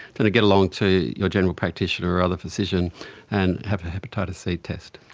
to to get along to your general practitioner or other physician and have a hepatitis c test.